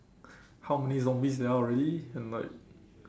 how many zombies there are already and like